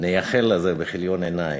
נייחל לזה בכיליון עיניים.